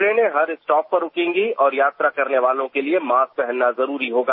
ट्रेनें हर स्टॉप पर रुकेंगे और यात्रा करने के लिए मास्क पहनना जरूरी होगा